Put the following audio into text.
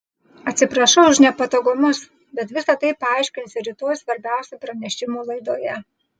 atsiprašau už nepatogumus bet visa tai paaiškinsiu rytoj svarbiausių pranešimų laidoje